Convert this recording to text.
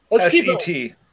S-E-T